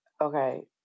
Okay